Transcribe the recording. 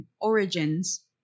origins